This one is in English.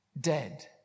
dead